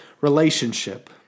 relationship